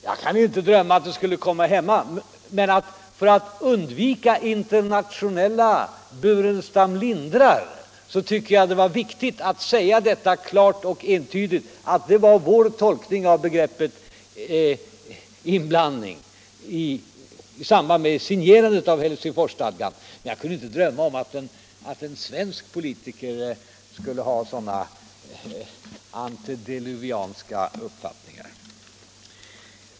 Jag kunde inte drömma om att debatt härom skulle uppstå här hemma, men för att undvika internationella ”Burenstam Lindrar” tyckte jag att det var viktigt att, i samband med signerandet av Helsingforsstadgan, säga klart och entydigt att detta var vår tolkning av begreppet inblandning. Men jag kunde inte drömma om att en svensk politiker skulle ha sådana antediluvianska uppfattningar.